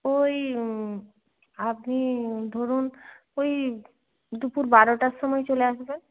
ওই আপনি ধরুন ওই দুপুর বারোটার সময় চলে আসবেন